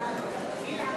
חוק שירות